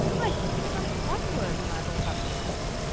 i couldn't remember one word when i woke up this morning.